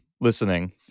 listening